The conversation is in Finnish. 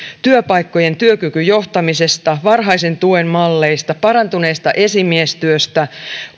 työpaikkojen työkykyjohtamisesta varhaisen tuen malleista parantuneesta esimiestyöstä